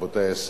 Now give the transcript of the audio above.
רבותי השרים,